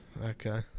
Okay